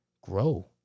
grow